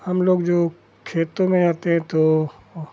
हमलोग जो खेतों में आते हैं तो